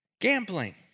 Gambling